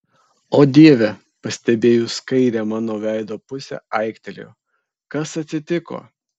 o dieve pastebėjus kairę mano veido pusę aiktelėjo kas atsitiko